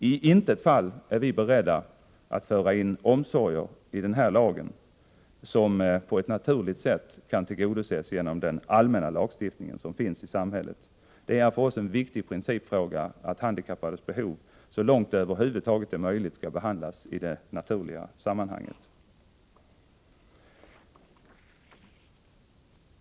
I intet fall är vi beredda att föra in omsorger i den här lagen som på ett naturligt sätt kan tillgodoses genom den allmänna lagstiftning som finns i samhället. Det är en viktig principfråga att handikappades behov så långt det över huvud taget är möjligt skall tillgodoses inom ramen för den allmänna lagstiftningen.